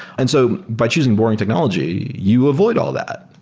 and so by choosing boring technology, you avoid all that.